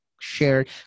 shared